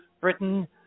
Britain